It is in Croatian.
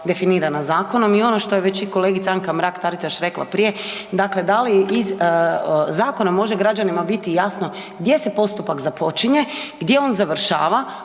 definirana zakonom i ono što je već i kolegica Anka Mrak-Taritaš rekla prije, dakle da li iz zakona može građanima biti jasno gdje se postupak započinje, gdje on završava,